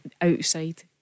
outside